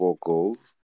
goals